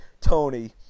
Tony